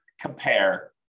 compare